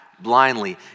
Blindly